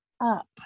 up